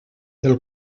del